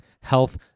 health